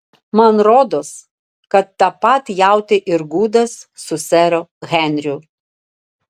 man rodos kad tą pat jautė ir gudas su seru henriu